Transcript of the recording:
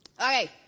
Okay